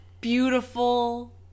beautiful